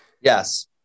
Yes